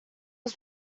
was